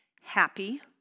happy